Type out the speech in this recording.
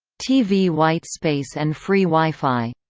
tv white space and free wi-fi